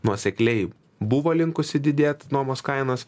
nuosekliai buvo linkusi didėt nuomos kainos